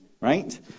Right